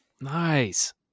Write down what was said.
Nice